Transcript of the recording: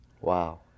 Wow